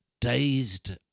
dazed